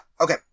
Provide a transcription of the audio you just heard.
okay